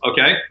Okay